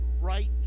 right